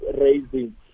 raising